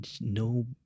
no